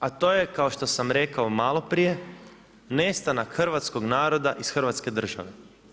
A to je kao što sam rekao maloprije nestanak hrvatskog naroda iz Hrvatske države.